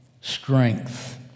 strength